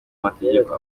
amategeko